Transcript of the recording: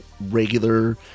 regular